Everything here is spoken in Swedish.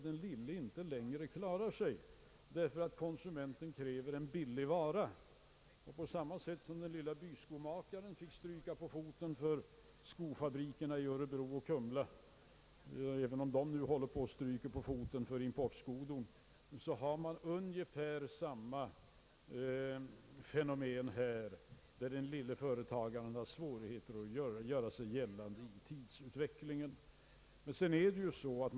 Den lille företagaren klarar sig inte längre därför att konsumenten kräver en billig vara. På samma sätt som den lille byskomakaren fick stryka på foten för skofabrikerna i Örebro och Kumla — även de håller ju nu på att få stryka på foten för importskodon — har man ungefär samma fenomen här; den lille företagaren har svårigheter att göra sig gällande på grund av tidens utveckling.